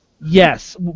Yes